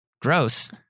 Gross